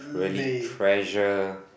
really treasure